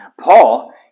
Paul